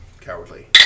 cowardly